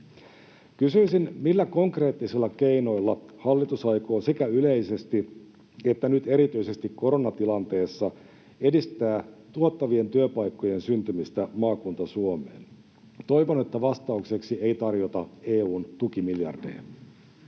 Kysyisin: millä konkreettisilla keinoilla hallitus aikoo sekä yleisesti että nyt erityisesti koronatilanteessa edistää tuottavien työpaikkojen syntymistä Maakunta-Suomeen? Toivon, että vastaukseksi ei tarjota EU:n tukimiljardeja.